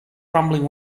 grumbling